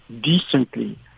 decently